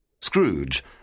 Scrooge